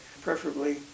preferably